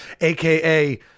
AKA